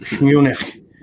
Munich